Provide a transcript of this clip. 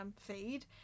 feed